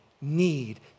need